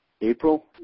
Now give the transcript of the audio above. April